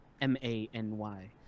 M-A-N-Y